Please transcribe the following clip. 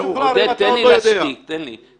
ישוחררו, תאמין לי.